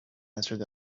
answered